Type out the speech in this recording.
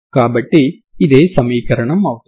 కాబట్టి ఇదే సమీకరణం అవుతుంది